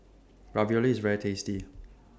Ravioli IS very tasty